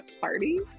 party